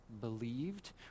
believed